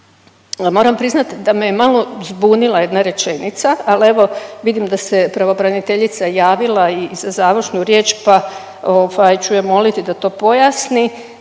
moram priznat da me je malo zbunila jedna rečenica, al evo vidim da se pravobraniteljica javila i za završnu riječ, pa ovaj ću je moliti da to pojasni,